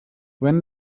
when